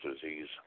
disease